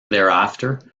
thereafter